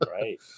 right